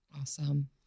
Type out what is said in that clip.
Awesome